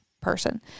person